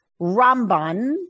Ramban